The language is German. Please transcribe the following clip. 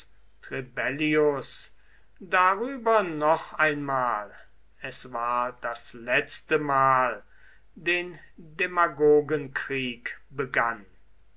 darüber noch einmal es war das letzte mal den demagogenkrieg begann